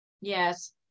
Yes